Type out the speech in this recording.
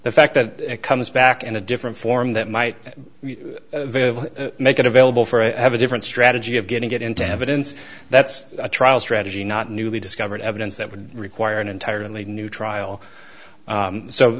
the fact that it comes back in a different form that might make it available for a have a different strategy of getting it into evidence that's a trial strategy not newly discovered evidence that would require an entirely new trial